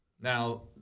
Now